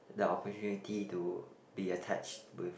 the opportunity to be attached with